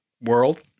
world